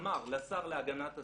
אמר לשר להגנת הסביבה,